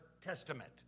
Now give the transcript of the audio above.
testament